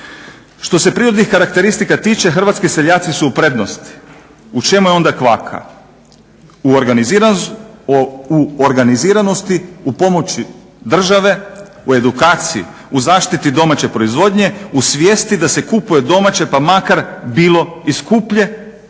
Što se prirodnih karakteristika tiče hrvatski seljaci su u prednosti. U čemu je onda kvaka? U organiziranosti, u pomoći država u edukaciji u zaštiti domaće proizvodnje u svijesti da se kupuje domaće pa makar bilo i skuplje